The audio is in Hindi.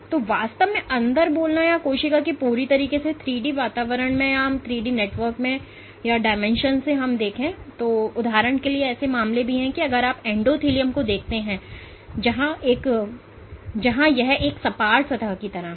तो वास्तव में अंदर बोलना या कोशिकाएं पूरी तरह से 3D वातावरण में मौजूद हैं लेकिन उदाहरण के लिए ऐसे मामले भी हैं अगर आप एंडोथेलियम को देखते हैं जहां यह एक सपाट सतह की तरह है